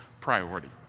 priority